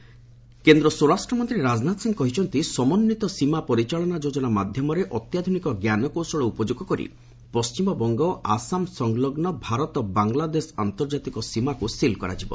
ରାଜନାଥ କେନ୍ଦ୍ର ସ୍ୱରାଷ୍ଟ୍ରମନ୍ତ୍ରୀ ରାଜନାଥ ସିଂହ କହିଛନ୍ତି ସମନ୍ଧିତ ସୀମା ପରିଚାଳନା ଯୋଜନା ମାଧ୍ୟମରେ ଅତ୍ୟାଧୁନିକ ଜ୍ଞାନକୌଶଳ ଉପଯୋଗ କରି ପଶ୍ଚିମବଙ୍ଗ ଓ ଆସାମ ସଂଲଗ୍ନ ଭାରତ ବାଙ୍ଗଲାଦେଶ ଆନ୍ତର୍ଜାତିକସୀମାକୁ ସିଲ୍ କରାଯିବ